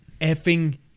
effing